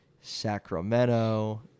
Sacramento